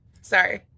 Sorry